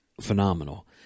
phenomenal